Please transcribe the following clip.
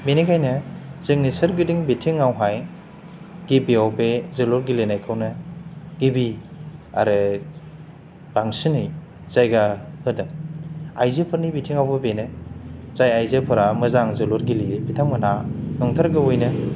बेनिखायनो जोंनि सोरगिदिं बिथिङावहाय गिबियाव बे जोलुर गेलेनायखौनो गिबि आरो बांसिनै जायगा होदों आइजोफोरनि बिथिङावबो बेनो जाय आइजोफोरा मोजां जोलुर गेलेयो बिथांमोना नंथारगौवैनो